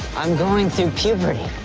i'm going through puberty